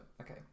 Okay